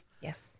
Yes